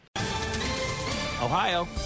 Ohio